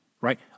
right